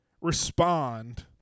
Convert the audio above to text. respond